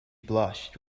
blushed